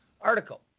article